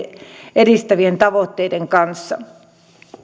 edistävien tavoitteiden kanssa